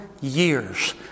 years